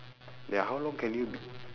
ya how long can you